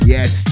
Yes